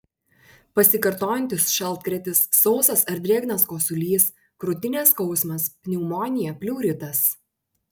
pasikartojantis šaltkrėtis sausas ar drėgnas kosulys krūtinės skausmas pneumonija pleuritas